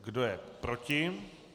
Kdo je proti?